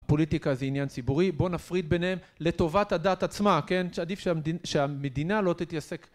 פוליטיקה זה עניין ציבורי, בוא נפריד ביניהם לטובת הדת עצמה, כן, עדיף שהמדינה לא תתעסק